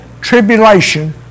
tribulation